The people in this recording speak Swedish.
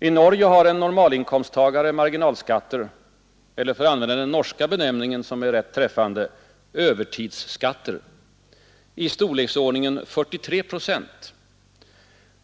I Norge har en normalinkomsttagare marginalskatter eller — för att använda den norska benämningen, som är rätt träffande — ”övertidsskatter” i storleksordningen 43 procent.